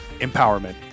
Empowerment